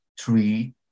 three